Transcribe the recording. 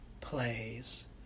plays